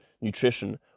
nutrition